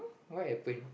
what happened